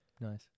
Nice